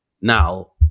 now